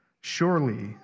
Surely